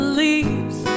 leaves